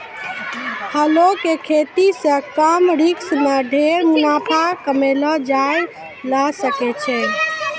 फलों के खेती सॅ कम रिस्क मॅ ढेर मुनाफा कमैलो जाय ल सकै छै